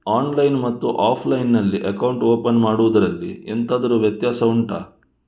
online ಮತ್ತು offline ನಲ್ಲಿ account open ಮಾಡುವುದರಲ್ಲಿ ಎಂತಾದರು ವ್ಯತ್ಯಾಸ ಉಂಟಾ